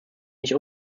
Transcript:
nicht